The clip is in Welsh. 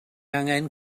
angen